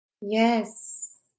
Yes